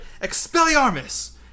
Expelliarmus